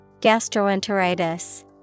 Gastroenteritis